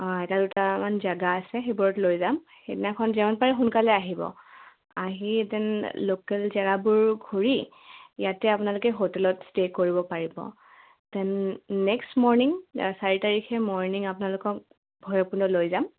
অঁ এটা দুটামান জেগা আছে সেইবোৰত লৈ যাম সেইদিনাখন যিমান পাৰে সোনকালে আহিব আহি ডেন লোকেল জেগাবোৰ ঘূৰি ইয়াতে আপোনালোকে হোটেলত ষ্টে' কৰিব পাৰিব ডেন নেক্সট মৰ্ণিং চাৰি তাৰিখে মৰ্ণিং আপোনালোকক ভৈৰৱকুণ্ড লৈ যাম